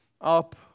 up